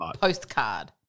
Postcard